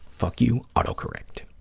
fuck you, auto-correct.